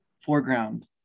foreground